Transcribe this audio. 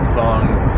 songs